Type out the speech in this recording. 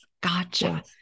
Gotcha